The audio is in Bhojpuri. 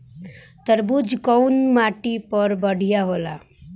तरबूज कउन माटी पर बढ़ीया होला?